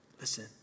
listen